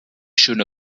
schöne